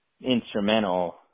instrumental